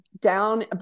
down